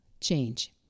change